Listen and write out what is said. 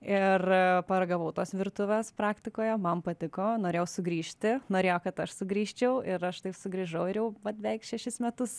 ir paragavau tos virtuvės praktikoje man patiko norėjau sugrįžti norėjo kad aš sugrįžčiau ir aš taip sugrįžau ir jau vat beveik šešis metus